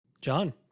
John